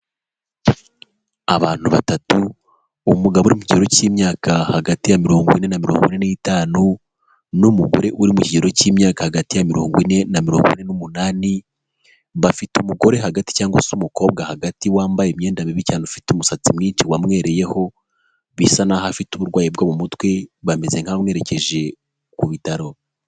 Abantu batatu, umugabo uri mu kigero cy'imyaka hagati ya mirongo ine na mirongo ine n'itanu n'umugore uri mu kigero cy'imyaka hagati ya mirongo ine na mirongo ine n'umunani bafite umugore hagati cyangwa se umukobwa hagati wambaye imyenda mibi cyane ufite umusatsi mwinshi wamwereyeho bisa naho afite uburwayi bwo mu mutwe bameze nk'abamwerekeje ku bitaro.